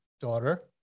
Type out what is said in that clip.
daughter